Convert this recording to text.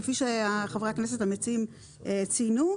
כפי שחברי הכנסת המציעים ציינו,